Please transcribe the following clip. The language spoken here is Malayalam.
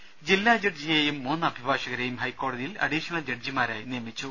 ദർ ജില്ലാ ജഡ്ജിയെയും മൂന്ന് അഭിഭാഷകരേയും ഹൈക്കോടതിയിൽ അഡീഷണൽ ജഡ്ജിമാരായി നിയമിച്ചു